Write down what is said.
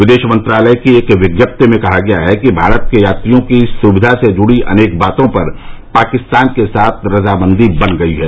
विदेश मंत्रालय की एक विज्ञप्ति में कहा गया है कि भारत के यात्रियों की सुविधा से जुड़ी अनेक बातों पर पाकिस्तान के साथ रजामंदी बन गयी है